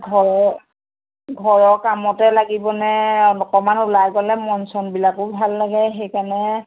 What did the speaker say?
ঘৰ ঘৰৰ কামতে লাগিবনে অকণমান ওলাই গ'লে মন চনবিলাকো ভাল লাগে সেইকাৰণে